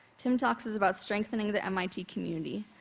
tim talks is about strengthening the mit community.